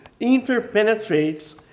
interpenetrates